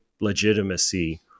legitimacy